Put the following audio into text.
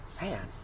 man